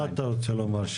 מה אתה רוצה לומר?